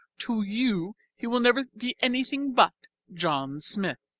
to you he will never be anything but john smith.